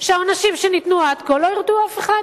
שהעונשים שניתנו עד כה לא הרתיעו אף אחד.